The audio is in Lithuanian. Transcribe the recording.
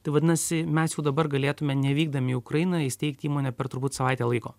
tai vadinasi mes jau dabar galėtume nevykdami į ukrainą įsteigti įmonę per turbūt savaitę laiko